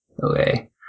Okay